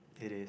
it is